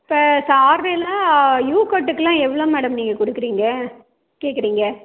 ச சார்ஜ் எல்லாம் யு கட்டுக்கெல்லாம் எவ்வளோ மேடம் நீங்கள் கொடுக்குறிங்க கேட்குறீங்க